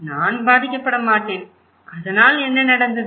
நான் பாதிக்கப்பட மாட்டேன் அதனால் என்ன நடந்தது